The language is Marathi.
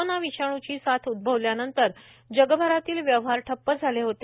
कोरोना विषाणूची साथ उद्भवल्यानंतर जगभरातील व्यवहार ठप्प झाले होते